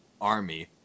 army